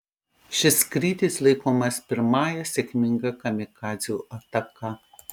šis skrydis laikomas pirmąja sėkminga kamikadzių ataka